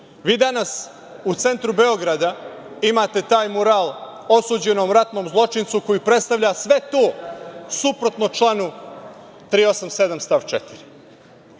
danas u centru Beograda imate taj mural osuđenom ratnom zločincu koji predstavlja sve to suprotno članu 387. stav 4,